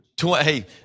hey